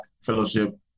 fellowship